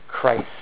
Christ